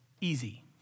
easy